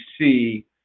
see